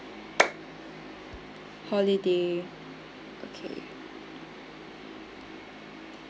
holiday okay